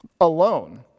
alone